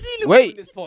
Wait